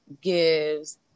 Gives